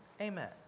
Amen